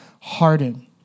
hardened